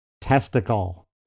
testicle